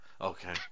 Okay